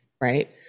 right